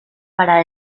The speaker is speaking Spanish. para